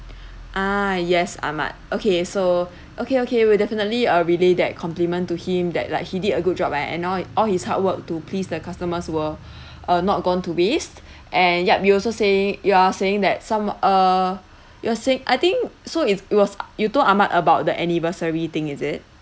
ah yes ahmad okay so okay okay we'll definitely uh relay that compliment to him that like he did a good job and and all all his hard work to pleased the customers were uh not gone to waste and yup you also saying you are saying that some uh you're saying I think so it it was you told ahmad about the anniversary thing is it